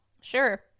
sure